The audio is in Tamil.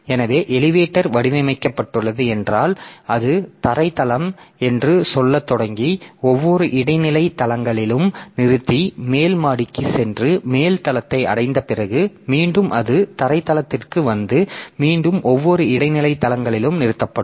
எனவே எளிவேட்டர் வடிவமைக்கப்பட்டுள்ளது என்றால் அது தரை தளம் என்று சொல்லத் தொடங்கி ஒவ்வொரு இடைநிலை தளங்களிலும் நிறுத்தி மேல் மாடிக்குச் சென்று மேல் தளத்தை அடைந்த பிறகு மீண்டும் அது தரை தளத்திற்கு வந்து மீண்டும் ஒவ்வொரு இடைநிலை தளங்களிலும் நிறுத்தப்படும்